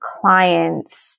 clients